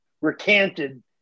recanted